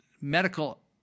medical –